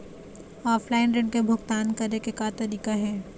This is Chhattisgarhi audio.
ऑफलाइन ऋण के भुगतान करे के का तरीका हे?